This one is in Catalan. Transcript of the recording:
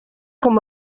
com